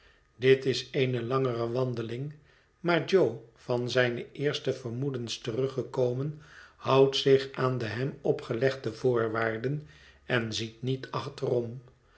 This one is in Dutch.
dit is eene langere wandeling maar jo van zijne eerste vermoedens teruggekomen houdt zich aan de hem opgelegde voorwaarden en ziet niet achterom